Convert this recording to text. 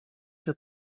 się